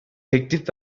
teklif